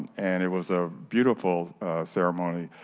and it was a beautiful ceremony.